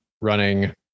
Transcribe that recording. running